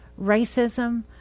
racism